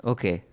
Okay